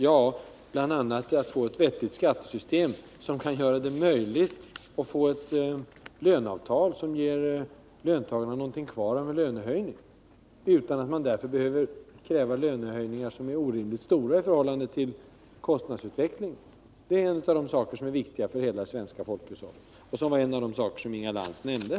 Ja, bl.a. att få ett vettigt skattesystem, som kan möjliggöra ett löneavtal som låter löntagarna få någonting kvar av en lönehöjning, utan att de behöver kräva lönehöjningar som är orimligt stora i förhållande till kostnadsutvecklingen. Det är en av de saker som är viktiga för hela det svenska folkhushållet och en av de saker som Inga Lantz nämnde.